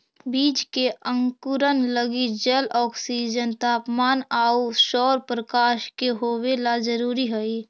बीज के अंकुरण लगी जल, ऑक्सीजन, तापमान आउ सौरप्रकाश के होवेला जरूरी हइ